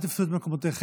תפסו את מקומותיכם.